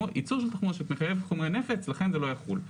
ייצור של תחמושת מחייב חומרי נפץ ולכן זה לא יחול.